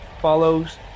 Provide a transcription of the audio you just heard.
follows